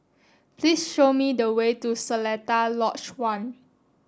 please show me the way to Seletar Lodge One